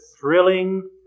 thrilling